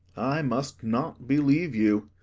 i must not believe you.